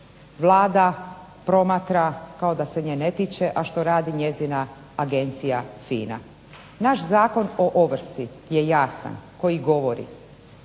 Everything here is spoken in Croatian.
Vlada promatra kao da se nje ne tiče a što radi njena agencija FINA. Naš Zakon o ovrsi je jasan koji govori